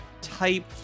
Type